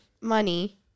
money